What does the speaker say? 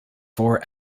four